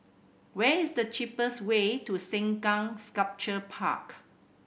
where is the cheapest way to Sengkang Sculpture Park